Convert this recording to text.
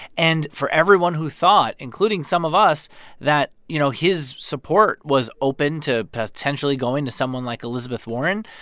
and for everyone who thought including some of us that, you know, his his support was open to potentially going to someone like elizabeth warren,